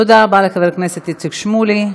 תודה רבה לחבר הכנסת איציק שמולי.